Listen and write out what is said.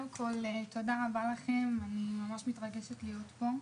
תודה רבה לכם, אני ממש מתרגשת להיות פה.